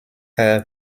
her